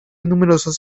numerosos